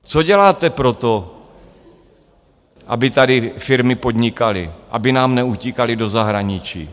Co děláte pro to, aby tady firmy podnikaly, aby nám neutíkaly do zahraničí?